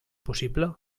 possible